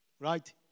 Right